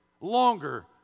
longer